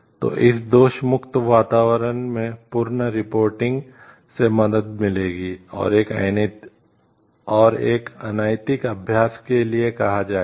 तो इस दोष मुक्त वातावरण में पूर्ण रिपोर्टिंग से मदद मिलेगी और एक अनैतिक अभ्यास के लिए कहा जाएगा